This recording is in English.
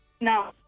No